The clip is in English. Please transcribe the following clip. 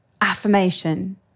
affirmation